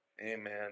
Amen